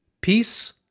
peace